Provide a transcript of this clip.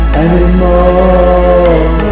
anymore